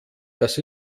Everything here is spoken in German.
dass